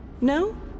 No